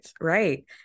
Right